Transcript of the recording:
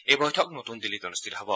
এই বৈঠক নতুন দিল্লীত অনুষ্ঠিত হ'ব